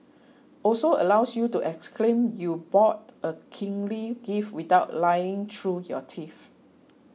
also allows you to exclaim you bought a kingly gift without lying through your teeth